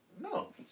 No